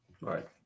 Right